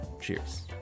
Cheers